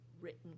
written